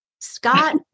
Scott